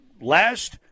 Last